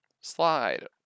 slide